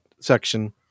section